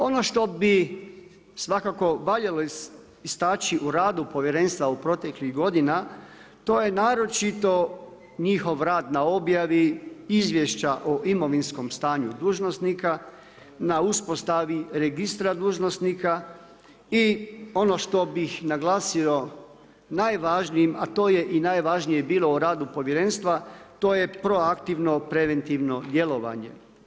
Ono što bi svakako valjalo istaći u radu povjerenstva u proteklih godina to je naročito njihov rad na objavi izvješća o imovinskom stanju dužnosnika, na uspostavi registra dužnosnika i ono što bih naglasio najvažnijim, a to je i najvažnije bilo o radu povjerenstva to je proaktivno preventivno djelovanje.